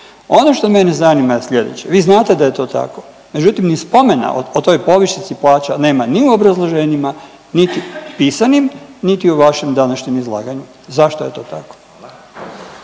Ono što mene zanima je slijedeće, vi znate da je to tako međutim ni spomena o toj povišici nema ni u obrazloženjima, niti pisanim niti u vašem današnjem izlaganju. Zašto je to tako?